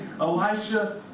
Elisha